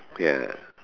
ya